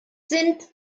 sind